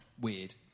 weird